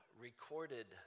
recorded